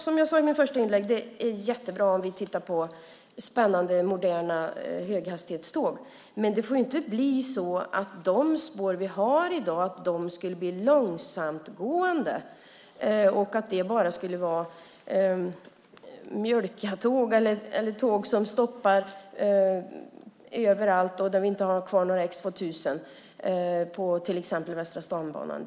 Som jag sade i mitt första inlägg är det jättebra att titta på spännande, moderna höghastighetståg. Men det får inte bli så att de spår som finns i dag skulle användas för långsamgående tågtrafik, att det bara skulle bli tåg som stannar överallt och inte några X 2000 på till exempel Västra stambanan.